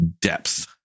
depth